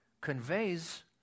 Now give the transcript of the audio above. conveys